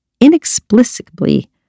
inexplicably